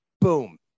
Boom